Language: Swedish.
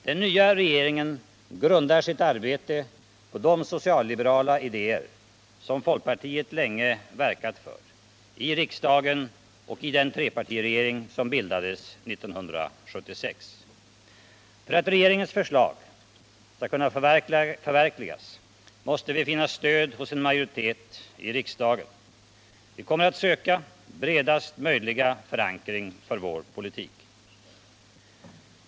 Den nya regeringen grundar sitt arbete på de socialliberala idéer som folkpartiet länge verkat för i riksdagen och i den trepartiregering som bildades 1976. För att regeringens förslag skall kunna förverkligas måste de finna stöd hos en majoritet i riksdagen. Vi kommer att söka bredaste möjliga förankring för vår politik.